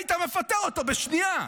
היית מפטר אותו בשנייה.